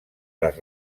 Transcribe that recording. les